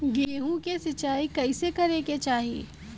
गेहूँ के सिंचाई कइसे करे के चाही?